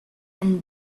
and